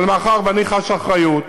אבל מאחר שאני חש אחריות,